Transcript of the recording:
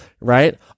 right